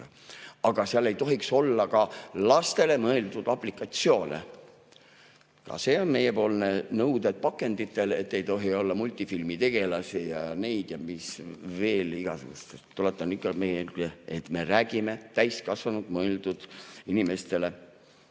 Aga seal ei tohiks olla ka lastele mõeldud aplikatsioone. Ka see on meie nõue pakenditele, et ei tohi olla multifilmitegelasi ja mis veel igasugust. Tuletan meelde, et me räägime täiskasvanud inimestele